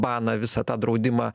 baną visą tą draudimą